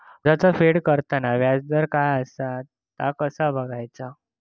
कर्जाचा फेड करताना याजदर काय असा ता कसा बगायचा?